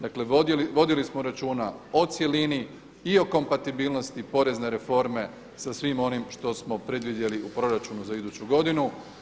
Dakle, vodili smo računa o cjelini i o kompatibilnosti porezne reforme sa svim onim što smo predvidjeli u proračunu za iduću godinu.